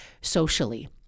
socially